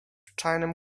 czarnym